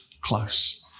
close